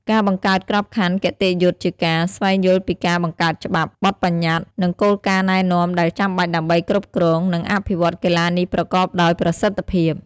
ការបង្កើតក្របខ័ណ្ឌគតិយុត្ដជាការ ស្វែងយល់ពីការបង្កើតច្បាប់ បទប្បញ្ញត្តិ និងគោលការណ៍ណែនាំដែលចាំបាច់ដើម្បីគ្រប់គ្រង និងអភិវឌ្ឍកីឡានេះប្រកបដោយប្រសិទ្ធភាព។